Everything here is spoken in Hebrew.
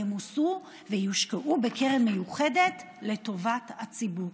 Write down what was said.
ימוסו ויושקעו בקרן מיוחדת לטובת הציבור.